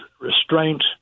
restraint